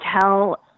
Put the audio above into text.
tell